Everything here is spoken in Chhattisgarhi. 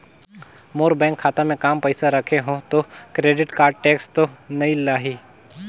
मोर बैंक खाता मे काम पइसा रखे हो तो क्रेडिट कारड टेक्स तो नइ लाही???